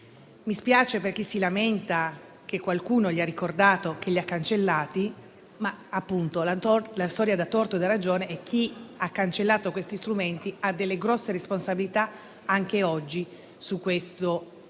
mi spiace per chi si lamenta che qualcuno gli ha ricordato di averli cancellati. Ma la storia dà torto e dà ragione e chi ha cancellato questi strumenti ha delle grosse responsabilità anche oggi sul provvedimento